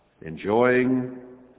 enjoying